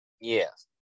yes